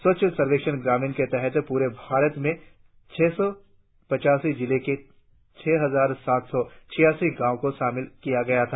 स्वच्छ सर्वेक्षण ग्रामीण के तहत पूरे भारत में छह सौ पच्चासी जिलों के छह हजार सात सौ छियासी गांवों को शामिल किया गया था